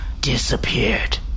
disappeared